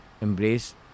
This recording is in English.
embrace